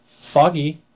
Foggy